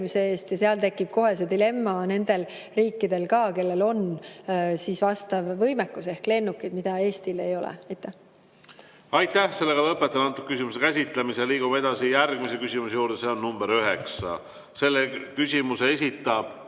seal tekib kohe dilemma ka nendel riikidel, kellel on vastav võimekus ehk lennukid, mida Eestil ei ole. Aitäh!